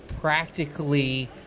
practically